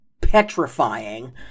petrifying